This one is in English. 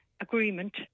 agreement